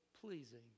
pleasing